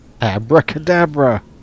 Abracadabra